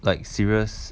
like serious